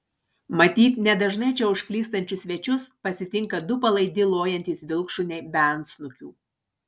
matyt nedažnai čia užklystančius svečius pasitinka du palaidi lojantys vilkšuniai be antsnukių